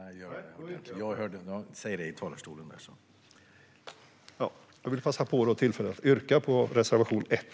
Jag vill yrka bifall till reservation 1.